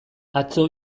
atzo